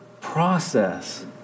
process